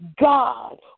God